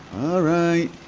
alright.